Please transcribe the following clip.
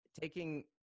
taking